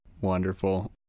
Wonderful